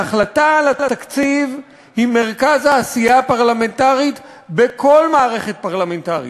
ההחלטה על התקציב היא מרכז העשייה הפרלמנטרית בכל מערכת פרלמנטרית.